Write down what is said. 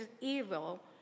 evil